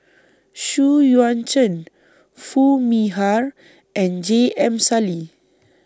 Xu Yuan Zhen Foo Mee Har and J M Sali